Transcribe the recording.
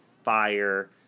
fire